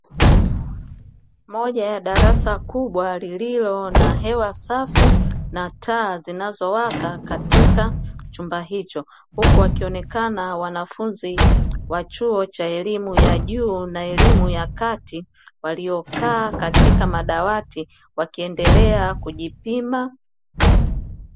Moja ya darasa kubwa lililo na hewa safi, na taa zinazowaka katika chumba hicho, huku wakionekana wanafunzi wa chuo cha elimu ya juu na elimu ya kati, waliokaa katika madawati wakiendelea kujipima.